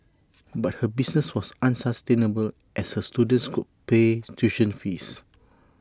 but her business was unsustainable as her students could pay tuition fees